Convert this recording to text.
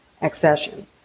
accession